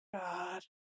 god